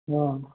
हॅं